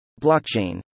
Blockchain